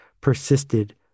persisted